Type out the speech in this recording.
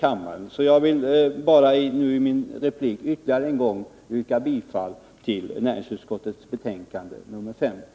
Därför vill jag nu i min replik ytterligare en gång yrka bifall till näringsutskottets hemställan i betänkande 50.